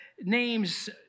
names